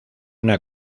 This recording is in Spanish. una